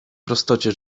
prostocie